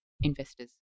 investors